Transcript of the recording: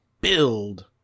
build